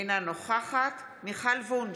אינה נוכחת מיכל וונש,